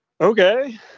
okay